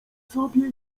sobie